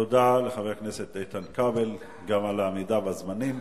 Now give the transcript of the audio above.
תודה לחבר הכנסת איתן כבל, גם על העמידה בזמנים.